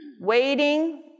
waiting